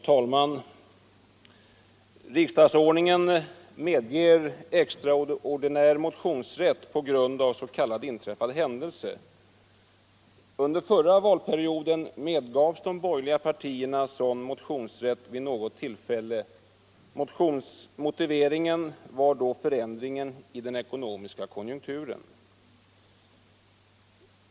borgerliga partierna sådan motionsrätt vid något ullfälle. Motiveringen var då förändringar i den ekonomiska konjunkturen.